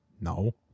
No